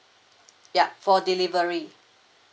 yup for delivery